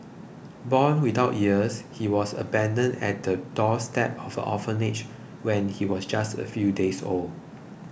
born without ears he was abandoned at the doorstep of an orphanage when he was just a few days old